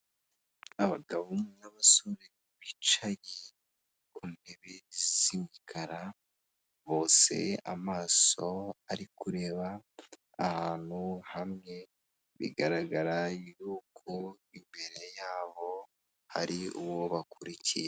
Abagabo n'abasore bicaye ku ntebe z'imikara bose amaso ari kureba ahantu hamwe bigaragara yuko imbere yabo hari uwo bakurikiye.